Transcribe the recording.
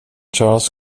charles